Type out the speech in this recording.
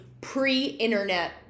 pre-internet